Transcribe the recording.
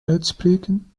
uitspreken